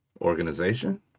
Organization